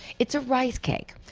it's a rice cake.